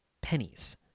pennies